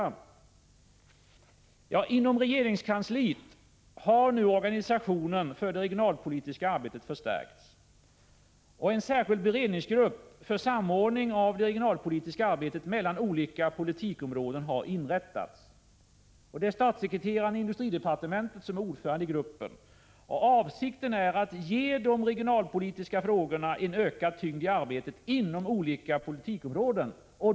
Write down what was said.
1 april 1986 Inom regeringskansliet har nu organisationen för det regionalpolitiska arbetet förstärkts. En särskild beredningsgrupp för samordning av det Om be ölknlngs 5 ka ä he Ke « utvecklingen regionalpolitiska arbetet mellan olika politikområden har inrättats. Det är. i Norrlands statssekreteraren i industridepartementet som är ordförande i gruppen. Avsikten är att ge de regionalpolitiska frågorna en ökad tyngd i arbetet inom olika politikområden.